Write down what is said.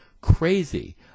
crazy